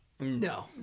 No